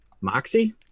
Moxie